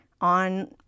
on